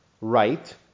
right